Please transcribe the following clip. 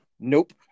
Nope